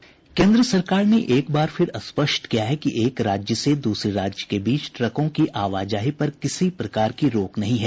केन्द्र सरकार ने एक बार फिर स्पष्ट किया है कि एक राज्य से दूसरे राज्य के बीच ट्रकों की आवाजाही पर किसी प्रकार की रोक नहीं है